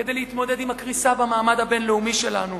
כדי להתמודד עם הקריסה במעמד הבין-לאומי שלנו,